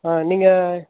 ஆ நீங்கள்